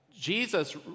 Jesus